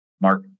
Mark